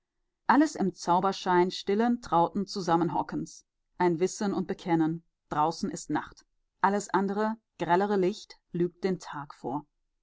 alles im zauberschein stillen trauten zusammenhockens ein wissen und bekennen draußen ist nacht alles andere grellere licht lügt den tag vor